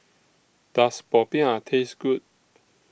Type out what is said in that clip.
Does Popiah Taste Good